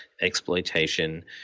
exploitation